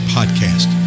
Podcast